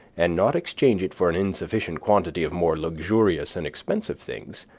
and not exchange it for an insufficient quantity of more luxurious and expensive things,